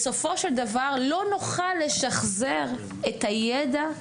בסופו של דבר, לא נוכל לשחזר את הידע,